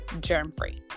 germ-free